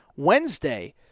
Wednesday